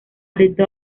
the